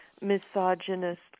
misogynist